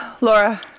Laura